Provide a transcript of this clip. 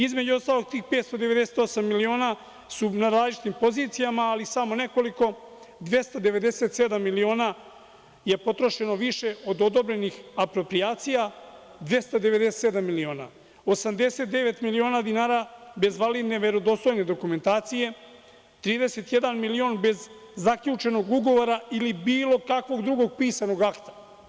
Između ostalog, tih 598 miliona su na različitim pozicijama, ali samo nekoliko 297 miliona je potrošeno više od odobrenih, aproprijacija 297 miliona, 89 miliona dinara bez validne, verodostojne dokumentacije, 31 milion bez zaključenog ugovora ili bilo kakvog drugog pisanog akta.